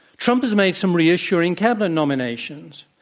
trump has made some reassuring cabinet nominations,